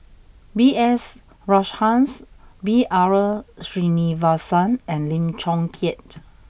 B S Rajhans B R Sreenivasan and Lim Chong Keat